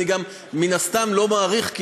אני גם מן הסתם לא מאריך,